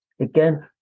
again